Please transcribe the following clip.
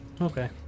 Okay